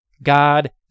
God